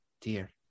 Dear